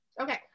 Okay